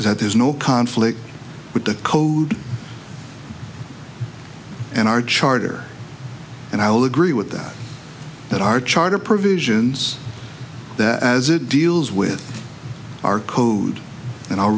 is that there's no conflict with the code and our charter and i will agree with that that our charter provisions that as it deals with our code and i'll